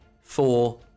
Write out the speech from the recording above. four